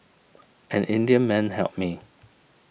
an Indian man helped me